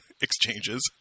exchanges